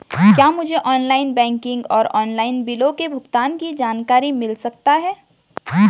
क्या मुझे online banking और ऑनलाइन बिलों के भुगतान की जानकारी मिल सकता है?